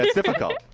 difficult.